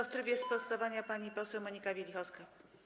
W trybie sprostowania pani poseł Monika Wielichowska.